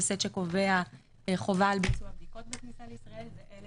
סט שקובע חובה על ביצוע בדיקות בכניסה לישראל ואלה